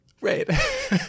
Right